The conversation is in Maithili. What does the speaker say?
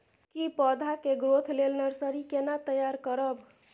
की पौधा के ग्रोथ लेल नर्सरी केना तैयार करब?